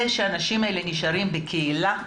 זה שהאנשים האלה נשארים בקהילה,